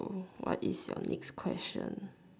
hmm what is your next question